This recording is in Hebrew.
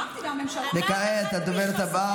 גם אם נשב כאן עד אמצע הלילה,